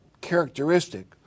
characteristic